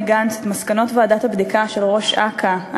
גנץ את מסקנות ועדת הבדיקה של ראש אכ"א,